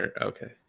Okay